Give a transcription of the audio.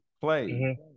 play